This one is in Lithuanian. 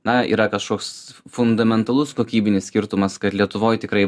na yra kažkoks fundamentalus kokybinis skirtumas kad lietuvoj tikrai